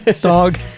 Dog